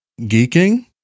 geeking